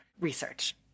research